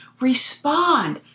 respond